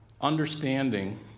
understanding